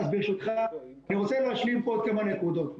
ברשותך, אני רוצה להשלים פה עוד כמה נקודות.